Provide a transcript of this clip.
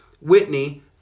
Whitney